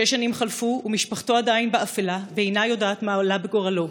שש שנים חלפו ומשפחתו עדיין באפלה ואינה יודעת מה עלה בגורלו.